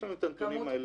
יש לנו את הנתונים האלה.